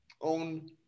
own